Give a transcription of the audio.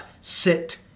sit